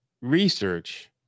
research